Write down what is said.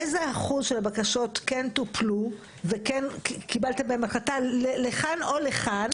איזה אחוז של הבקשות כן טופלו וכן קיבלתם בהם החלטה לכאן או לכאן?